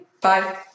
bye